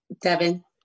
Devin